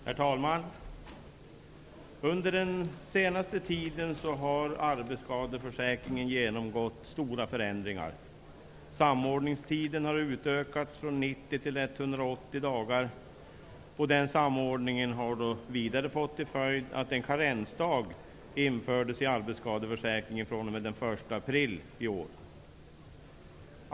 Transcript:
Herr talman! Under den senaste tiden har arbetsskadeförsäkringen genomgått stora förändringar. Samordningstiden har utökats från 90 till 180 dagar. Denna samordning har vidare fått till följd att en karensdag infördes i arbetsskadeförsäkringen den 1 april i år.